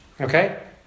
Okay